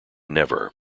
never